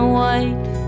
white